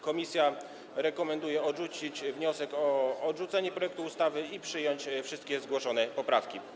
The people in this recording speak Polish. Komisja rekomenduje odrzucić wniosek o odrzucenie projektu ustawy i przyjąć wszystkie zgłoszone poprawki.